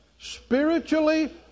spiritually